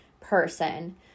person